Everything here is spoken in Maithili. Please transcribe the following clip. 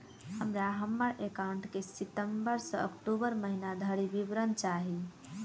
हमरा हम्मर एकाउंट केँ सितम्बर सँ अक्टूबर महीना धरि विवरण चाहि?